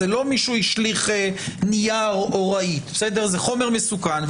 זה לא שמישהו השליך נייר או רהיט אל זה חומר מסוכן,